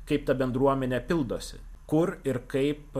kaip ta bendruomenė pildosi kur ir kaip